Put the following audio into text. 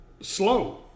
slow